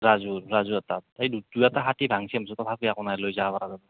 ৰাজুৰ ৰাজুহঁতৰ এই দুই এটা হাতী ভাঙিছে দেখোন তথাপি একো নাই লৈ যাব পৰা যাব